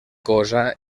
cosa